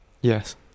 yes